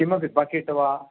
किमपि बकिट् वा